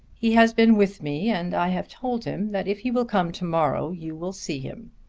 he has been with me and i have told him that if he will come to-morrow you will see him.